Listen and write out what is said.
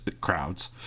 crowds